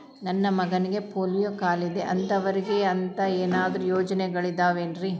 ನನ್ನ ಮಗನಿಗ ಪೋಲಿಯೋ ಕಾಲಿದೆ ಅಂತವರಿಗ ಅಂತ ಏನಾದರೂ ಯೋಜನೆಗಳಿದಾವೇನ್ರಿ?